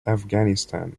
afghanistan